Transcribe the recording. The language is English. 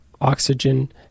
oxygen